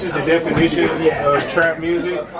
the definition of trap music.